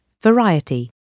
Variety